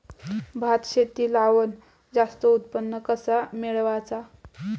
भात शेती लावण जास्त उत्पन्न कसा मेळवचा?